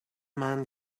man